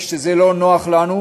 כשזה לא נוח לנו,